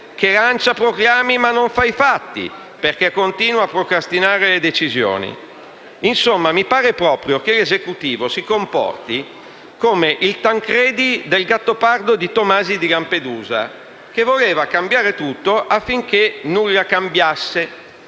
che lancia proclami ma non fa i fatti, perché continua a procrastinare le decisioni. Insomma, mi pare proprio che l'Esecutivo si comporti come il Tancredi del Gattopardo di Tomasi di Lampedusa, che voleva cambiare tutto affinché nulla cambiasse.